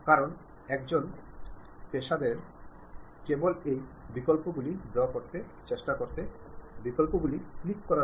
നിങ്ങൾ ഒരു പ്രൊഫഷണലാണെങ്കിൽ നിങ്ങളുടെ കഴിവിന്റെ അടിസ്ഥാനത്തിൽ മികവ് പുലർത്താൻ ശ്രമിക്കുകയാണ്